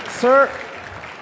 Sir